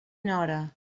nora